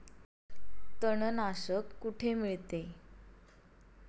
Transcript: तणनाशक कुठे मिळते?